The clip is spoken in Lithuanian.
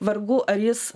vargu ar jis